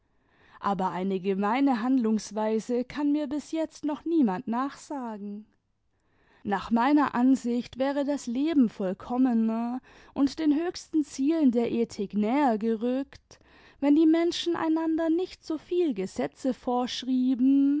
aber eine gemeine handlungsweise kann mir bis jetzt noch niemand nachsagen nach meiner ansicht wäre das leben vollkommener und den höchsten zielen der ethik näher gerückt wenn die menschen einander nicht so viel gesetze vorschrieben